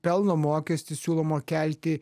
pelno mokestį siūloma kelti